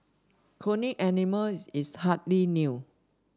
cloning animals is hardly new